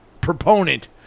proponent